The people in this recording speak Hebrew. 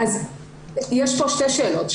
יש פה שתי שאלות.